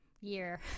year